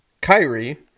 Kyrie